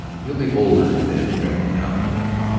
he'll be bolder than ever now, won't he,